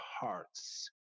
hearts